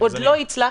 עוד לא הצלחנו,